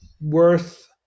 worth